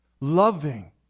loving